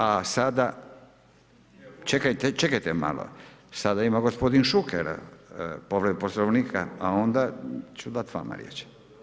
A sada, čekajte, čekajte malo, sada ima gospodin Šuker povredu Poslovnika a onda ću dat vama riječ.